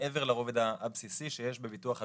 מעבר לרובד הבסיסי שיש בביטוח הלאומי,